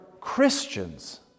Christians